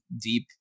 deep